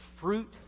fruit